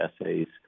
essays